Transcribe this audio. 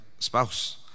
spouse